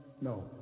No